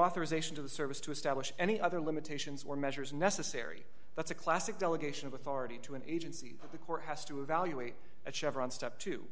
authorization to the service to establish any other limitations or measures necessary that's a classic delegation of authority to an agency that the court has to evaluate at chevron step two